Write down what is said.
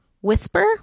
whisper